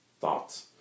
thoughts